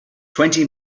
twenty